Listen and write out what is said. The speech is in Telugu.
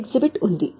మరో ఎగ్జిబిట్ ఉంది